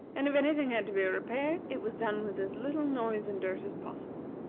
and if any thing had to be repaired, it was done with as little noise and dirt as possible.